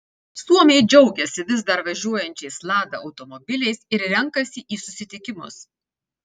suomiai džiaugiasi vis dar važiuojančiais lada automobiliais ir renkasi į susitikimus